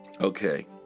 Okay